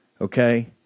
Okay